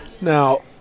Now